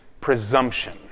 presumption